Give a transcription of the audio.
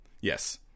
Yes